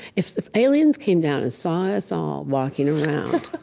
if if aliens came down and saw us all walking around,